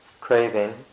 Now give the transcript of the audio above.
craving